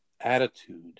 attitude